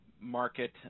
market